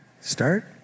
Start